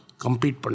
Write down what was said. Compete